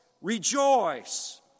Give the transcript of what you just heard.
Rejoice